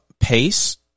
Pace